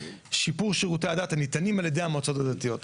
שיפור שירותי הדת הניתנים על ידי המועצות הדתיות.